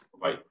bye